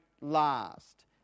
last